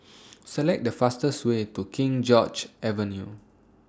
Select The fastest Way to King George's Avenue